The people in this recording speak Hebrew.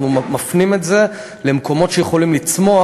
אנחנו מפנים את זה למקומות שיכולים לצמוח,